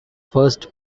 first